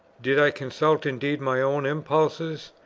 did i consult indeed my own impulses,